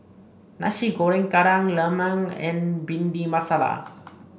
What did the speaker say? Nasi Goreng keran lemang and bhind masala